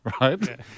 right